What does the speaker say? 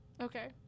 Okay